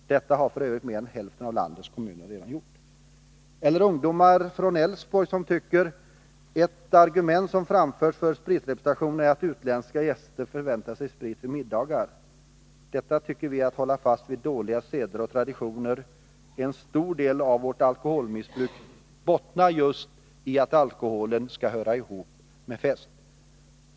Detta har f. ö. mer än hälften av landets kommuner redan gjort. Och ungdomar från Älvsborgs län tycker: Ett argument som framförts för spritrepresentationen är att utländska gäster förväntar sig sprit vid middagar. Detta tycker vi är att hålla fast vid dåliga seder och traditioner. En stor del av vårt alkoholmissbruk bottnar just i seden att alkohol skall höra ihop med fest.